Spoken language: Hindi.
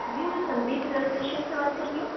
जी मैं संदीप इलेक्ट्रीशियन से बात कर रही हूँ